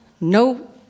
no